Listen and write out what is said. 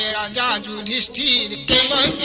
yeah da da da da da da da